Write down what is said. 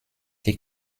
die